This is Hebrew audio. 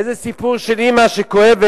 איזה סיפור של אמא שכואבת,